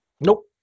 Nope